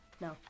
No